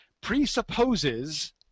presupposes